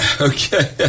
Okay